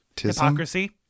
Hypocrisy